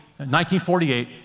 1948